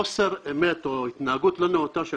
חוסר האמת או ההתנהגות הלא נאותה של